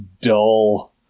dull